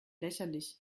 lächerlich